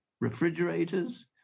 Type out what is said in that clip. refrigerators